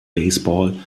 baseball